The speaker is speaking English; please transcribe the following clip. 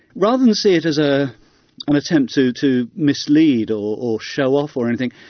rather than see it as ah an attempt to to mislead, or or show off or anything,